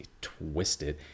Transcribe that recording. twisted